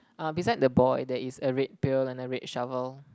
uh beside the boy there is a red pail and a red shovel